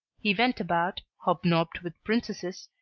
he went about, hobnobbed with princesses,